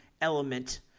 element